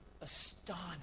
astonished